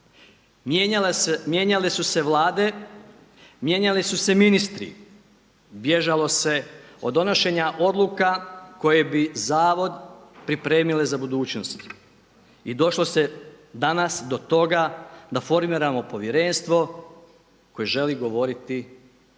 Mijenjale su se Vlade, mijenjali su se ministri. Bježao se od donošenja odluka koje bi zavod pripremile za budućnost. I došlo se danas do toga da formiramo povjerenstvo koje želi govoriti o